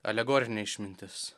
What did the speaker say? alegorinė išmintis